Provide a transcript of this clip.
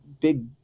big –